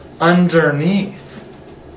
underneath